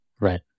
Right